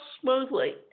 smoothly